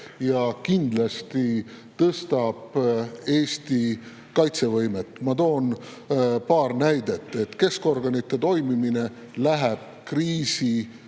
ja kindlasti tõstab Eesti kaitsevõimet. Ma toon paar näidet. Keskorganite toimimine läheb kriisi‑